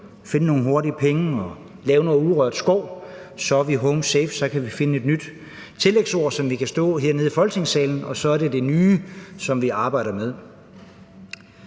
finde nogle hurtige penge og lave noget urørt skov, at så er vi home safe, og at så kan vi finde et nyt ord, som vi kan stå hernede i Folketingssalen med, og så er det det nye, som vi arbejder med.